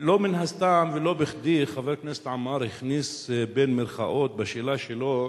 לא מן הסתם ולא בכדי חבר הכנסת עמאר הכניס במירכאות בשאלה שלו,